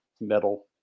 metal